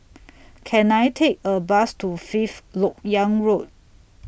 Can I Take A Bus to Fifth Lok Yang Road